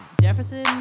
Jefferson